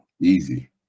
Easy